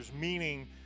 meaning